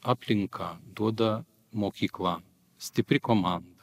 aplinka duoda mokykla stipri komanda